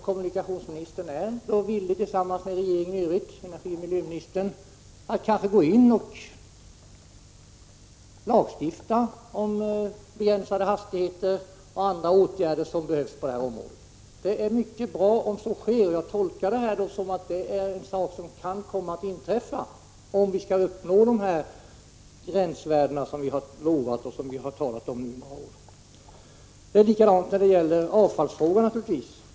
Kommunikationsministern och övriga i regeringen kanske är beredda att ingripa med lagstiftning om begränsade hastigheter och andra åtgärder som behövs på detta område. Det är mycket bra om så sker, och jag 41 tolkar detta som att det är en sak som kan komma att inträffa, om vi skall uppnå de gränsvärden som vi har lovat och talat om under några år. Det är naturligtvis samma sak när det gäller avfallsfrågan.